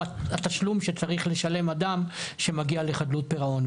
התשלום שצריך לשלם אדם שמגיע לחדלות פירעון.